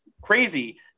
crazy